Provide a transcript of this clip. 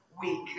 week